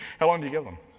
how long do you give them?